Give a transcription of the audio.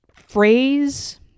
phrase